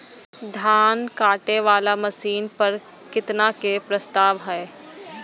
धान काटे वाला मशीन पर केतना के प्रस्ताव हय?